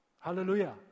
Hallelujah